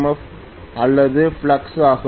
F அல்லது flux ஆகும்